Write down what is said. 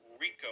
RICO